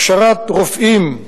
הכשרת רופאים,